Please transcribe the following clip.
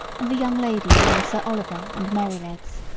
and the young ladies on sir oliver and merrylegs.